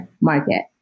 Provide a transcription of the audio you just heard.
market